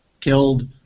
killed